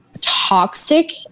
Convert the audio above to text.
toxic